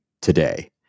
today